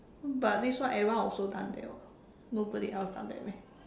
but this one everyone also done that [what] nobody else done that meh